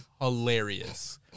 hilarious